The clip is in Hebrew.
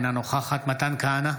אינה נוכחת מתן כהנא,